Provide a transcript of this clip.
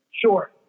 Sure